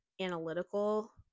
analytical